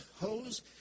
hose